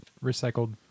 recycled